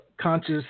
conscious